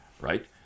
right